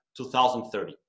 2030